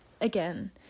again